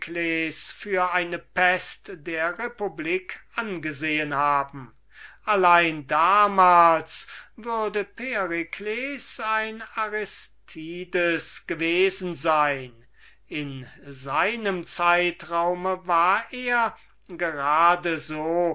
für eine pest der republik angesehen haben allein damals würde perikles ein aristides gewesen sein in der zeit worin er lebte war perikles so